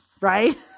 Right